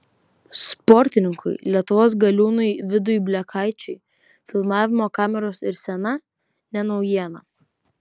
sportininkui lietuvos galiūnui vidui blekaičiui filmavimo kameros ir scena ne naujiena